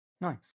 Nice